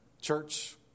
Church